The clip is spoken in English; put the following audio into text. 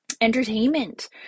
Entertainment